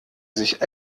sich